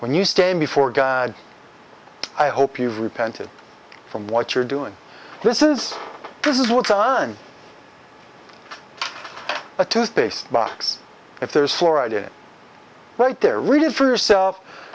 when you stand before god i hope you've repented from what you're doing this is this is what's on a toothpaste box if there's florida right there read it for yourself